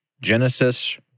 Genesis